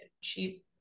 cheap